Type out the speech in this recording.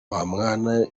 bamwana